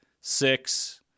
six